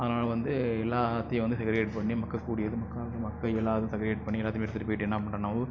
அதை நாங்கள் வந்து எல்லாத்தையும் வந்து செக்ரிகேட் பண்ணி மக்கக் கூடியது மக்காதது மக்க இயலாதது செக்ரிகேட் பண்ணி எல்லாத்தையுமே எடுத்துகிட்டு போயிட்டு என்ன பண்ணுறோம்னா